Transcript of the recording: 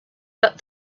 that